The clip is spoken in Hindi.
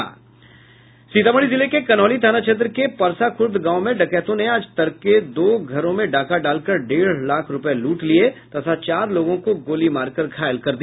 सीतामढ़ी जिले के कनहौली थाना क्षेत्र के परसाखूर्द गांव में डकैतों ने आज तड़के दो घरों में डाका डालकर डेढ़ लाख रुपये लूट लिये तथा चार लोगों को गोली मारकर घायल कर दिया